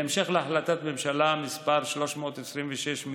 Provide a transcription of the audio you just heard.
בהמשך להחלטת ממשלה מס' 326,